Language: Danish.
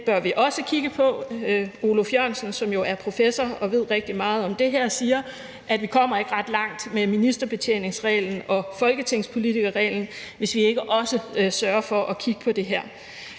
Dem bør vi også kigge på. Oluf Jørgensen, som er professor og ved rigtig meget om det her, siger, at vi ikke kommer ret langt med ministerbetjeningsreglen og folketingspolitikerreglen, hvis vi ikke også sørger for at kigge på det her.